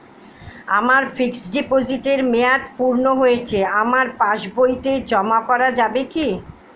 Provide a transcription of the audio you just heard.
আমার ফিক্সট ডিপোজিটের মেয়াদ পূর্ণ হয়েছে আমার পাস বইতে জমা করা যাবে কি?